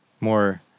more